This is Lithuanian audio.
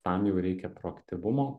tam jau reikia proaktyvumo